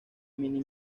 mini